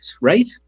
right